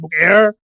Air